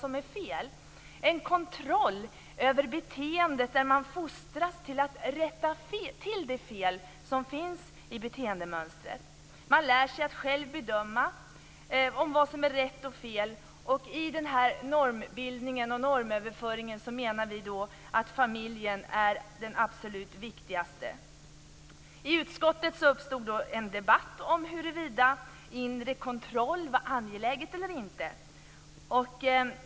Det är en kontroll över beteendet; man fostras till att rätta till de fel som finns i beteendemönstret. Man lär sig att själv bedöma vad som är rätt och fel, och vi menar att familjen är viktigast i den här normbildningen och normöverföringen. I utskottet uppstod en debatt om huruvida det var angeläget eller inte med inre kontroll.